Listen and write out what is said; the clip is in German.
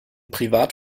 privat